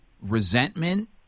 resentment